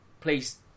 please